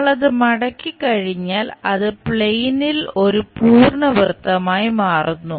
നമ്മൾ അത് മടക്കിക്കഴിഞ്ഞാൽ അത് പ്ലെയിനിൽ ഒരു പൂർണ്ണ വൃത്തമായി മാറുന്നു